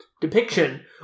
depiction